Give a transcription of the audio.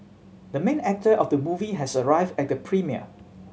the main actor of the movie has arrived at the premiere